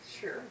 Sure